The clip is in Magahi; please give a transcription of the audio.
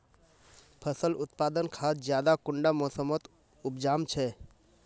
फसल उत्पादन खाद ज्यादा कुंडा मोसमोत उपजाम छै?